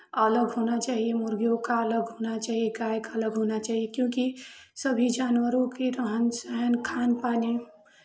अलग होना चाहिए मुर्गियों का अलग होना चाहिए गाय का अलग होना चाहिए क्योंकि सभी जानवरों के रहन सहन खान पाने